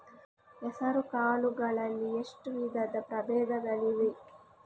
ಹೆಸರುಕಾಳು ಗಳಲ್ಲಿ ಎಷ್ಟು ವಿಧದ ಪ್ರಬೇಧಗಳಿವೆ?